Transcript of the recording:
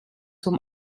zum